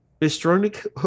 historic